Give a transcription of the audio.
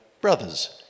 Brothers